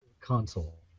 console